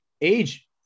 age